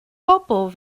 bobl